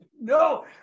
No